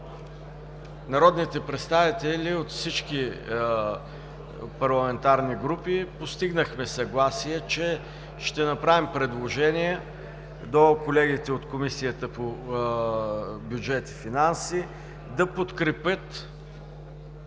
народните представители от всички парламентарни групи постигнахме съгласие, че ще направим предложение до колегите от Комисията по бюджет и финанси да подкрепят